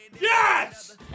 yes